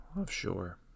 offshore